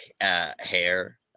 hair